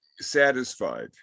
satisfied